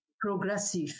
progressive